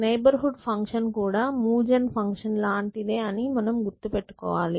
neighbour hood function కూడా మూవ్ జెన్ ఫంక్షన్ లాంటిదే అని మనం గుర్తుపెట్టుకోవాలి